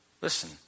Listen